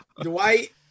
Dwight